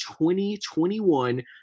2021